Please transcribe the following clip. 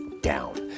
down